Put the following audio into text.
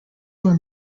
were